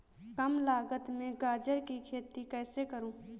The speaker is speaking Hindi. कम लागत में गाजर की खेती कैसे करूँ?